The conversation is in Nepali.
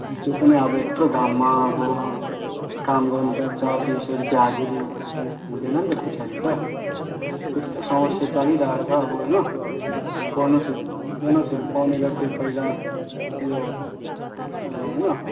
त्यही पनि अब यत्रो घाममा अब काम गर्नपर्छ दुई सौ रुपियाँ हाजिरी हुँदैन नि त त्यसरी त त्यस्तो समस्या चलिरहेको छ अब होइन बोनसहरू पाउने बोनसहरू पाउने गर्थ्यो पहिला यो अब होइन